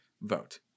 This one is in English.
vote